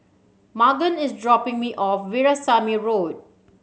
Magan is dropping me off Veerasamy Road